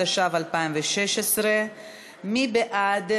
התשע"ו 2016. מי בעד?